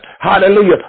hallelujah